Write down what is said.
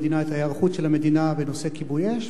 המדינה את ההיערכות של המדינה בנושא כיבוי אש,